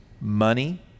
money